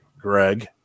Greg